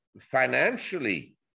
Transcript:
financially